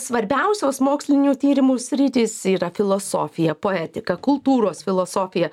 svarbiausios mokslinių tyrimų sritys yra filosofija poetika kultūros filosofija